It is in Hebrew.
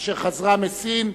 אשר חזרה מסין,